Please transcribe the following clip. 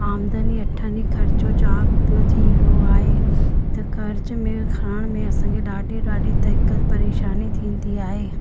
आमदनी अठन्नी ख़र्चो चार रुपयो थी वियो आहे त क़र्ज़ में खणण में असांखे ॾाढी ॾाढी दिक़त परेशानी थींदी आहे